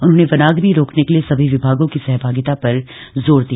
उन्होंने वनाग्नि रोकने के लिए सभी विभागों की सहभागिता पर जोर दिया